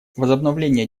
возобновление